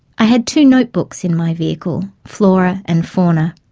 i had two notebooks in my vehicle flora and fauna.